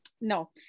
no